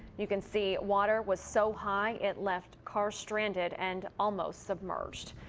you can see water was so high. it left cars stranded. and almost submerged.